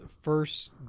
first